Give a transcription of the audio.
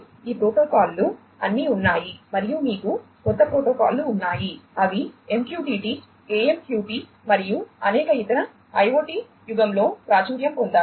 కాబట్టి ఈ ప్రోటోకాల్లు అన్నీ ఉన్నాయి మరియు మీకు కొత్త ప్రోటోకాల్లు ఉన్నాయి అవి MQTT AMQP మరియు అనేక ఇతర IoT యుగంలో ప్రాచుర్యం పొందాయి